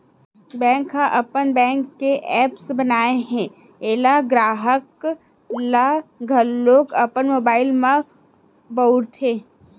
bank ह अपन bank के ऐप्स बनाए हे एला गराहक ह घलोक अपन मोबाइल म बउरथे